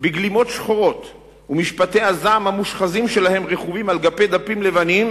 בגלימות שחורות ומשפטי הזעם המושחזים שלהם רכובים על גבי דפים לבנים,